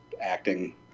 acting